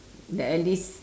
then at least